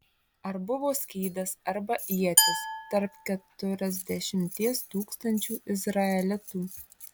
ar buvo skydas arba ietis tarp keturiasdešimties tūkstančių izraelitų